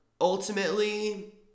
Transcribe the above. ultimately